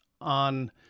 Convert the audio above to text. on